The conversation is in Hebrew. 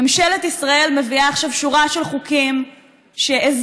ממשלת ישראל מביאה עכשיו שורה של חוקים שעזרה,